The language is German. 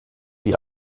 die